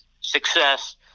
success